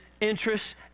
interests